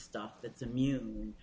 stuff that's a new one